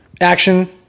Action